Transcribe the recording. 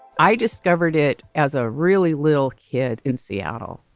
i discovered it as a really little kid in seattle.